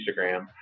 Instagram